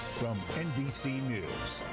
nbc news.